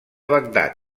bagdad